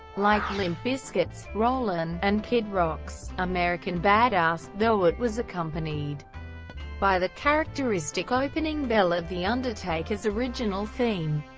like limp bizkit's rollin' and kid rock's american bad ass, though it was accompanied by the characteristic opening bell of the undertaker's original theme.